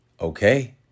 Okay